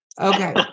Okay